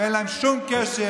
כי יש לנו נציגים בכנסת.